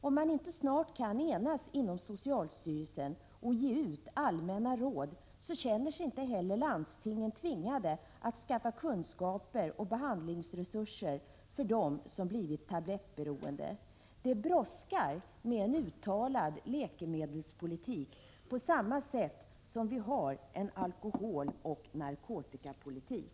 Om man inte snart kan enas inom socialstyrelsen och ge ut allmänna råd, känner sig inte heller landstingen tvingade att skaffa kunskaper och behandlingsresurser för dem som blivit tablettberoende. Det brådskar med en uttalad läkemedelspolitik, på samma sätt som vi har en alkoholoch narkotikapolitik.